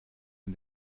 man